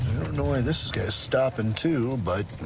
know why this guy is stopping, too, but